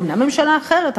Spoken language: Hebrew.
אומנם ממשלה אחרת,